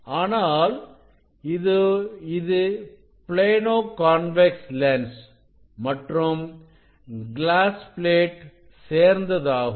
ஆனால் இது plano convex lens மற்றும் கிளாஸ் பிளேட்சேர்ந்ததாகும்